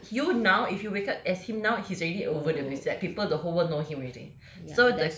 no you you now if you wake up as him now he's already over the mishap people the whole world know him already so the